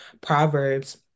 Proverbs